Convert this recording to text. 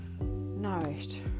nourished